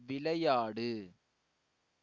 விளையாடு